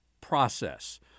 process